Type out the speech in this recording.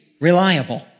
reliable